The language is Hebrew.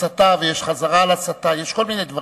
הסתה ויש חזרה על הסתה, יש כל מיני דברים.